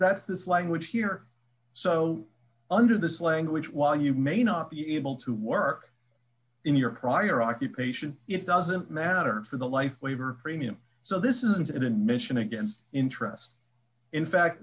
that's this language here so under this language while you may not be able to work in your prior occupation it doesn't matter for the life waiver premium so this isn't in mission against interest in fact